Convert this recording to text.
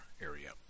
area